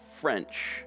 French